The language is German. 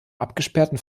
abgesperrten